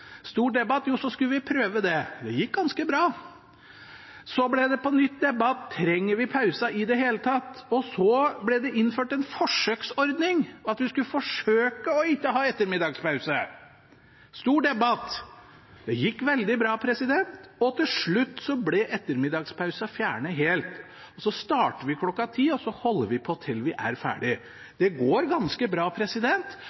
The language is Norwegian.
Stor debatt. Jo, så skulle vi prøve det. Det gikk ganske bra. Så ble det på nytt debatt: Trenger vi pausen i det hele tatt? Og så ble det innført en forsøksordning, at vi skulle forsøke ikke å ha ettermiddagspause – stor debatt. Det gikk veldig bra. Og til slutt ble ettermiddagspausen fjernet helt – så starter vi kl. 10 og holder på til vi er